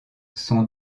son